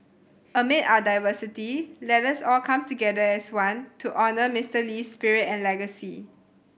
amid our diversity let us all come together as one to honour Mister Lee's spirit and legacy